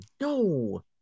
No